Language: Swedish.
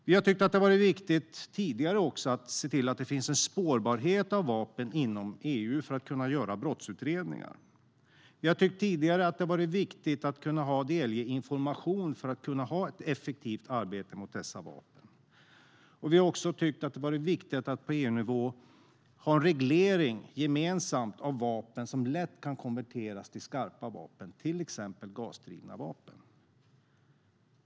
Vi har också tidigare tyckt att det har varit viktigt att se till att det finns en spårbarhet av vapen inom EU för att kunna göra brottsutredningar. Vi har tidigare tyckt att det har varit viktigt att kunna ha och delge information för att kunna bedriva ett effektivt arbete mot dessa vapen. Vi har också tyckt att det har varit viktigt att på EU-nivå ha en gemensam reglering av vapen som lätt kan konverteras till skarpa vapen, till exempel gasdrivna vapen.